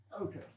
Okay